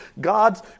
God's